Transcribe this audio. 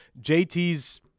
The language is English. JT's